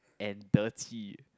and dirty